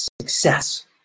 Success